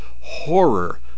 horror